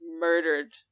murdered